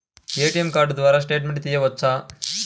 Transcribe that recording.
ATM card ద్వారా statement తీయవచ్చా?